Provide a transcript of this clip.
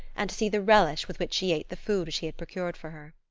and to see the relish with which she ate the food which he had procured for her.